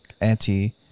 anti-